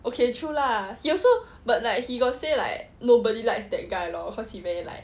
okay true lah he also but like he got say like nobody likes that guy lor because he very like